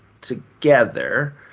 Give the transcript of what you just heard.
together